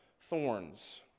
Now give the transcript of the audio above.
thorns